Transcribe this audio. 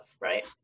right